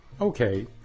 Okay